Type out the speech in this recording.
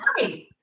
hi